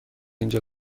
اینجا